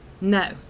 No